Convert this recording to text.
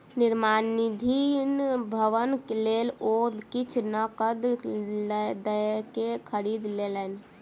निर्माणाधीन भवनक लेल ओ किछ नकद दयके खरीद लेलैन